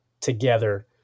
together